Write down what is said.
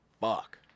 fuck